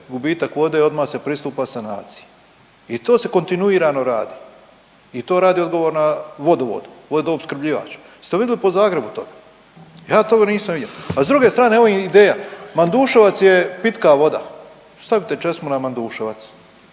gubitak vode i odma se pristupa sanaciji i to se kontinuirano radi i to radi odgovorna vodovod, vodo opskrbljivač. Jeste vidli po Zagrebu toga? Ja toga nisam vidio. A s druge strane evo im ideja, Manduševac je pitka voda, stavite česmu na Manduševac